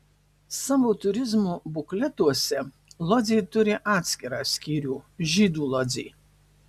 savo turizmo bukletuose lodzė turi atskirą skyrių žydų lodzė